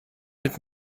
mit